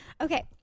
Okay